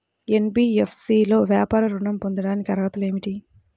NBFC లో వ్యాపార ఋణం పొందటానికి అర్హతలు ఏమిటీ?